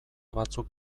batzuk